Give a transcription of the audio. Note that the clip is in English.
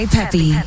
Peppy